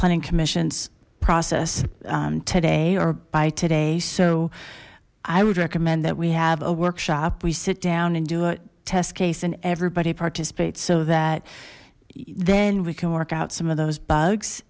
planning commission's process today or by today so i would recommend that we have a workshop we sit down and do a test case and everybody participates so that then we can work out some of those